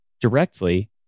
directly